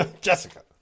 Jessica